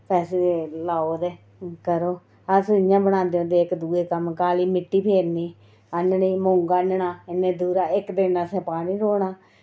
पैसे लाओ ते करो अस इ'यां बनांदे होंदे हे इक दूऐ दे कम्म काली मित्ती फेरनी आह्ननी मौंग आह्नना एड्डे दूरा इक दिन असें पानी ढोना